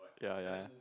ya ya